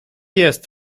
jest